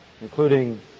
including